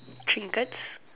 trinkets